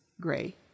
gray